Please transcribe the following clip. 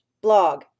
blog